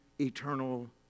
eternal